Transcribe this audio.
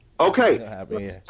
Okay